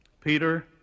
Peter